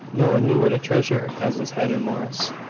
no one knew what a treasure her cousins had in morris.